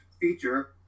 feature